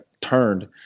turned